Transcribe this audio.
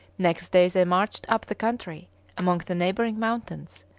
next day they marched up the country among the neighbouring mountains,